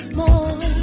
more